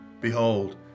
Behold